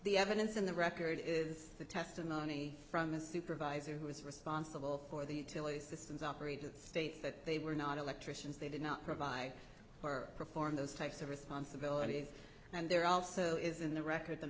the evidence in the record is the testimony from a supervisor who is responsible for the utility systems operator states that they were not electricians they did not provide or perform those types of responsibilities and there also is in the record the